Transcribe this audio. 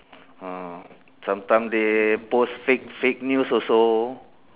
mm sometime they post fake fake news also